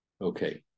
okay